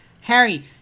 Harry